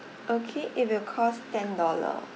okay it will cost ten dollar